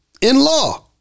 In-law